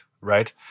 right